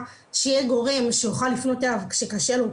שיהיה גורם שהוא יוכל לפנות אליו כשקשה לו,